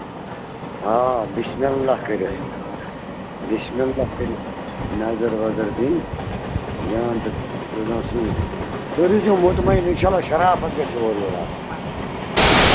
آ بسم اللہ کٔرِتھ بسم اللہ کٔرِتھ نَظر وَزر دِنۍ جان کَتھ چھِ روزان سُے وۅنۍ روٗزیو مُتمَعیٖن اِنشااللہ شَرافت گژھِ اورٕ یور آسٕنۍ